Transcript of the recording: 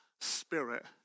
Spirit